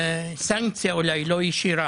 סנקציה אולי לא ישירה.